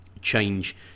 change